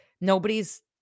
nobody's